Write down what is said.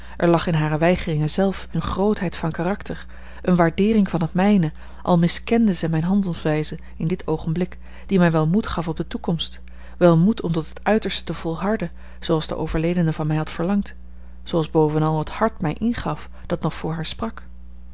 er lag in hare weigering zelf eene grootheid van karakter eene waardeering van het mijne al miskende zij mijne handelwijze in dit oogenblik die mij wel moed gaf op de toekomst wel moed om tot het uiterste te volharden zooals de overledene van mij had verlangd zooals bovenal het hart mij ingaf dat nog voor haar sprak